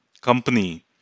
company